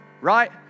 right